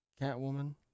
Catwoman